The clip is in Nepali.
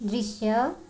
दृश्य